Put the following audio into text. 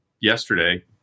yesterday